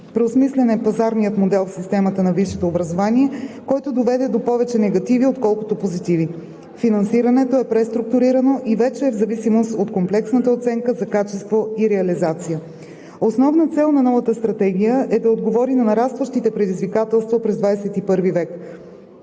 Преосмислен е пазарният модел в системата на висшето образование, който доведе до повече негативи, отколкото позитиви. Финансирането е преструктурирано и вече е в зависимост от комплексната оценка за качество и реализация. Основна цел на новата стратегия е да отговори на нарастващите предизвикателства през ХХІ век.